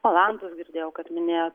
olandus girdėjau kad minėjot